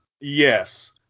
yes